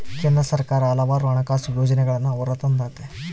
ಕೇಂದ್ರ ಸರ್ಕಾರ ಹಲವಾರು ಹಣಕಾಸು ಯೋಜನೆಗಳನ್ನೂ ಹೊರತಂದತೆ